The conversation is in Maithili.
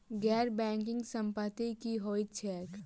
गैर बैंकिंग संपति की होइत छैक?